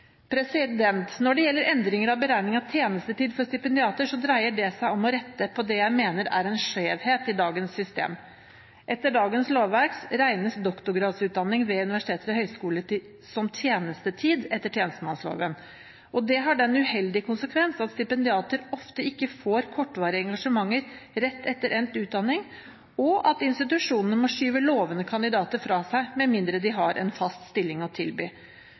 modellen. Når det gjelder endringer i beregning av tjenestetid for stipendiater, dreier det seg om å rette på det jeg mener er en skjevhet i dagens system. Etter dagens lovverk regnes doktorgradsutdanning ved universiteter og høyskoler som tjenestetid etter tjenestemannsloven. Det har den uheldige konsekvens at stipendiater ofte ikke får kortvarige engasjementer rett etter endt utdanning, og at institusjonene må skyve lovende kandidater fra seg, med mindre de har en fast stilling å tilby.